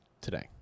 today